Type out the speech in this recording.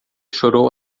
chorou